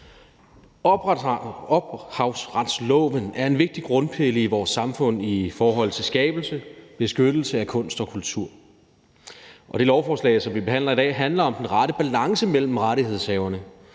Ophavsretsloven er en vigtig grundpille i vores samfund i forhold til skabelse og beskyttelse af kunst og kultur, og det lovforslag, som vi behandler i dag, handler om den rette balance mellem rettighedshavere,